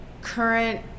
current